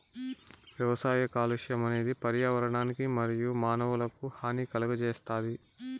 వ్యవసాయ కాలుష్యం అనేది పర్యావరణానికి మరియు మానవులకు హాని కలుగజేస్తాది